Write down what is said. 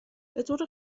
بطور